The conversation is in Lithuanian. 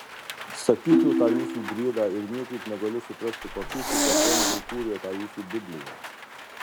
sakyčiau tą jūsų briedą ir niekaip negaliu suprasti kokie šizofrenikai kūrė tą jūsų bibliją